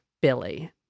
Billy